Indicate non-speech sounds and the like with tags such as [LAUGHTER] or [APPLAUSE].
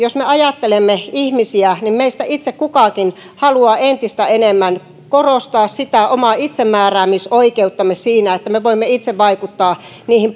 [UNINTELLIGIBLE] jos me ajattelemme ihmisiä niin meistä itse kukin haluaa entistä enemmän korostaa omaa itsemääräämisoikeuttamme siinä että me voimme itse vaikuttaa niihin [UNINTELLIGIBLE]